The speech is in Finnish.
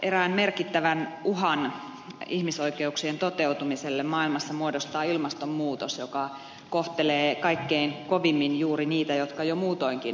erään merkittävän uhan ihmisoikeuksien toteutumiselle maailmassa muodostaa ilmastonmuutos joka kohtelee kaikkein kovimmin juuri niitä jotka jo muutoinkin ovat köyhiä